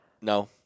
No